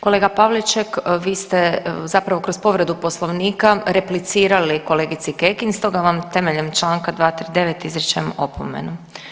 Kolega Pavliček, vi ste zapravo kroz povredu Poslovnika replicirali kolegici Kekin, stoga vam temeljem čl. 239 izričem opomenu.